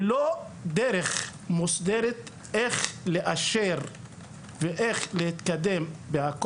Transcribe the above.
ללא דרך מוסדרת איך לאשר ואיך להתקדם.